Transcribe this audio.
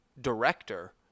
director